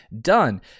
done